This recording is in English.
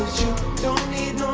don't need